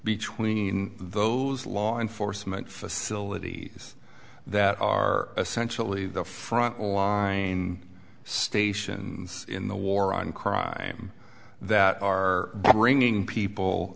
between those law enforcement facilities that are essentially the front line stations in the war on crime that are bringing people